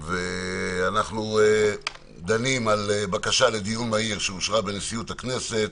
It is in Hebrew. אנחנו דנים על בקשה לדיון מהיר שאושרה בנשיאות הכנסת: